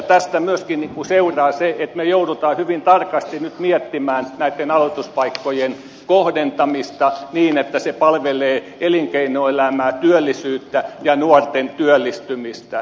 tästä myöskin seuraa se että me joudumme hyvin tarkasti nyt miettimään näitten aloituspaikkojen kohdentamista niin että se palvelee elinkeinoelämää työllisyyttä ja nuorten työllistymistä